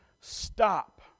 stop